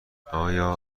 آیا